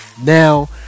Now